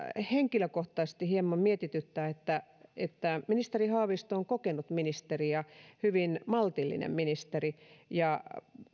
henkilökohtaisesti hieman mietityttää että että kun ministeri haavisto on kokenut ministeri ja hyvin maltillinen ministeri ja